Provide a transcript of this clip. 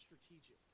strategic